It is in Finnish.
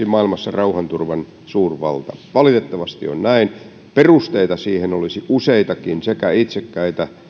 maailmassa rauhanturvan suurvalta valitettavasti on näin perusteita siihen olisi useitakin sekä itsekkäitä